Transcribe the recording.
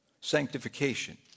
sanctification